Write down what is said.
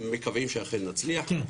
ומקווים שאכן נצליח.